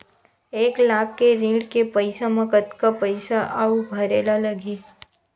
एक लाख के ऋण के पईसा म कतका पईसा आऊ भरे ला लगही?